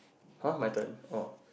[huh] my turn oh